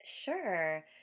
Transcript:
Sure